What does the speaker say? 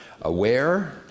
aware